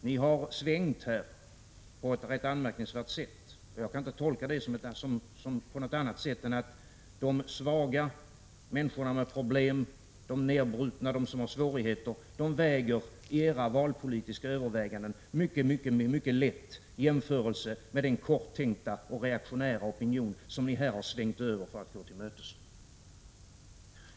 Ni har svängt här på ett rätt anmärkningsvärt sätt, och jag kan inte tolka det på något annat sätt än att de svaga, människorna med problem, de nedbrutna, de som har svårigheter, väger i era valpolitiska överväganden mycket lätt i jämförelse med den korttänkta och reaktionära opinion som ni här har gått till mötes.